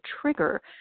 trigger